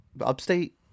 upstate